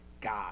God